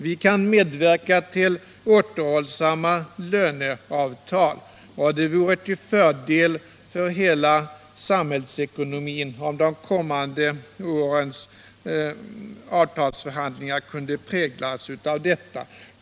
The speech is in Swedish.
Vi kan medverka till återhållsamma löneavtal — det vore till fördel för hela samhällsekonomin om de kommande årens avtalsförhandlingar kunde präglas härav.